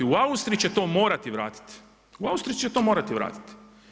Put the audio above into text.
U Austriji će to morati vratiti, u Austriji će to morati vratiti.